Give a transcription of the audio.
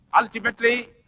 ultimately